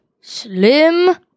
Slim